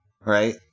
right